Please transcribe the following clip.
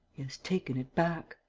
has taken it back.